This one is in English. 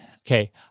Okay